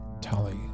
Tally